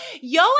Yo